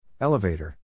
Elevator